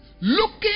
Looking